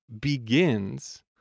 begins